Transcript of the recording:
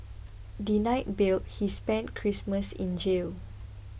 denied bail he spent Christmas in jail